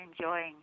enjoying